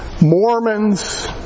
Mormons